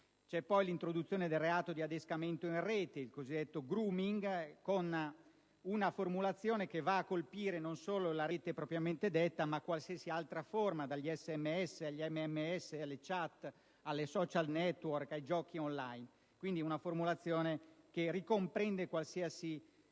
C'è poi l'introduzione del reato di adescamento in rete, il cosiddetto *grooming*, attraverso una formulazione che va a colpire non solo la rete propriamente detta, ma qualsiasi altra forma, dagli SMS agli MMS, alle *chat*, ai *social network* e ai giochi *on line*. È quindi una formulazione che comprende qualsiasi